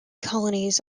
colonies